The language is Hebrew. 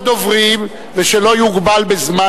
ושלא יוגבל בזמן,